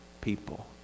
people